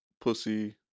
pussy